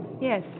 Yes